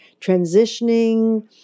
transitioning